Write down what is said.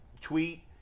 tweet